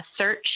search